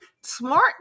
smart